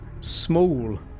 small